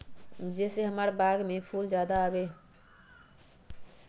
जे से हमार बाग में फुल ज्यादा आवे?